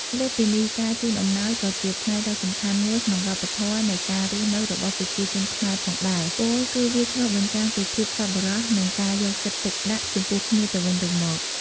លើសពីនេះ ការជូនអំណោយក៏ជាផ្នែកដ៏សំខាន់មួយក្នុងវប្បធម៌នៃការរស់នៅរបស់ប្រជាជនខ្មែរផងដែរ ពោលគឺវាឆ្លុះបញ្ចាំងពីភាពសប្បុរស និងការយកចិត្តទុកដាក់ចំពោះគ្នាទៅវិញទៅមក។